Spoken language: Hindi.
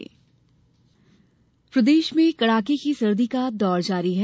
मौसम प्रदेश में कड़ाके की सर्दी का दौर जारी है